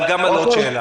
אבל גם על עוד שאלה.